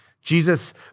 Jesus